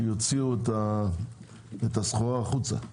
שיוציאו את הסחורה החוצה.